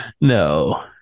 No